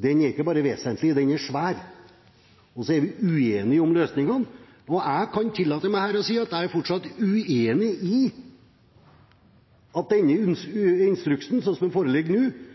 er ikke bare vesentlig; den er svær. Så er vi uenige om løsningene, og jeg kan tillate meg her å si at jeg fortsatt er uenig i at denne instruksen, slik som den foreligger nå,